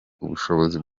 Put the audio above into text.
ubushobozi